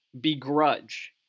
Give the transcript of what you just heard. begrudge